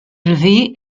élevé